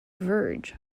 verge